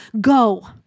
go